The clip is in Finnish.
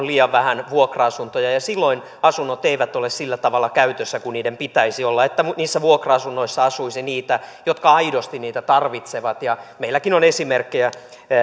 liian vähän vuokra asuntoja ja silloin asunnot eivät ole sillä tavalla käytössä kuin niiden pitäisi olla että niissä vuokra asunnoissa asuisi niitä jotka aidosti niitä tarvitsevat meilläkin on esimerkkejä